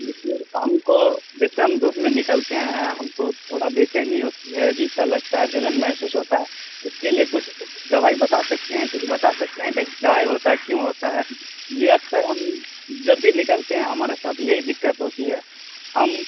دیکھیے ہم کو جیسے ہم دھوپ میں نکلتے ہیں ہم کو تھوڑا بے چینی ہوتی ہے عجیب سا لگتا ہے جلن محسوس ہوتا ہے اس کے لیے کچھ دوائی بتا سکتے ہیں کچھ بتا سکتے ہیں کہ کاہے ہوتا ہے کیوں ہوتا ہے یہ اکثر ہم جب بھی نکلتے ہیں ہمارے ساتھ یہی دقت ہوتی ہے ہم